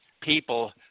people